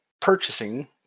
purchasing